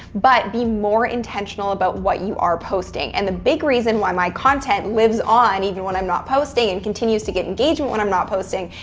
but be more intentional about what you are posting. and the big reason why my content lives on, even when i'm not posting, and continues to get engagement when i'm not posting,